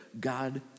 God